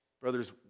Brothers